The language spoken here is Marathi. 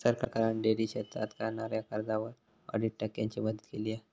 सरकारान डेअरी क्षेत्रात करणाऱ्याक कर्जावर अडीच टक्क्यांची मदत केली हा